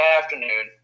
afternoon